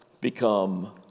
become